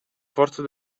forza